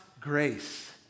grace